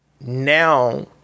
Now